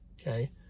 Okay